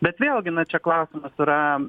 bet vėlgi na čia klausimas yra